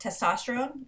testosterone